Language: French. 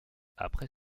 après